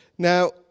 Now